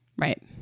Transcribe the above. right